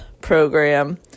program